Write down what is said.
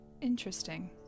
Interesting